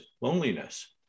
loneliness